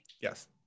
yes